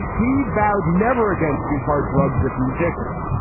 he vowed never again to do hard drugs with musicians.